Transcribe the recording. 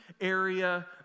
area